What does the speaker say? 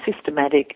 systematic